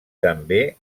també